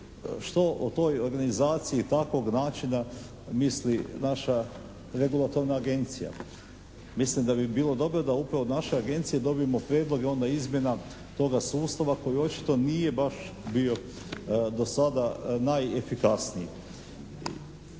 što o toj organizaciji takvog načina misli naša regulatorna Agencija. Mislim da bi bilo dobro da upravo od naše Agencije dobijemo prijedloge, onda izmjena toga sustava koji očito nije baš bio do sada najefikasniji,